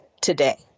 today